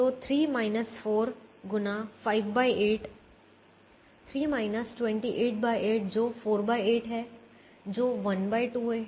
तो 3 4 गुना 58 3 208 जो 48 है जो 1 2 है